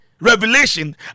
revelation